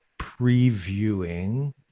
previewing